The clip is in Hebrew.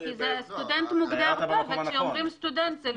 כי סטודנט מוגדר פה וכשאומרים סטודנט זה לפי ההגדרה.